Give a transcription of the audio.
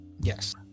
Yes